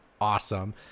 Awesome